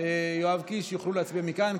יואב קיש יוכלו להצביע מכאן.